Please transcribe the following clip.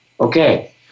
Okay